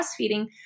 breastfeeding